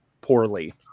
poorly